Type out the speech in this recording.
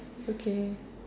okay